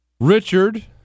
Richard